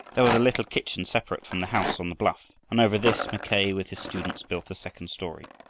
there was a little kitchen separate from the house on the bluff, and over this mackay with his students built a second story.